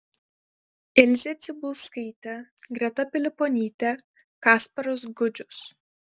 ilzė cibulskaitė greta piliponytė kasparas gudžius